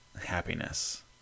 happiness